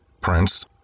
prince